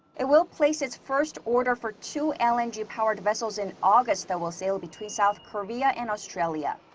it will place its first order for two lng-powered vessels in august that will sail between south korea and australia.